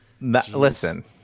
Listen